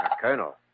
colonel